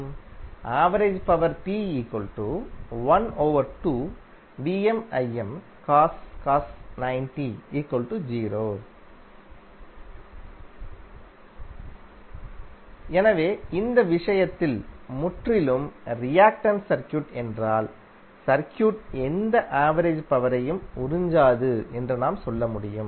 average power P எனவே இந்த விஷயத்தில் முற்றிலும் ரியாக்டன்ஸ் சர்க்யூட் என்றால் சர்க்யூட் எந்த ஆவரேஜ் பவரையும் உறிஞ்சாது என்று நாம் சொல்ல முடியும்